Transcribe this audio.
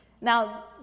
Now